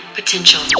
potential